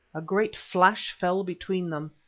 a great flash fell between them,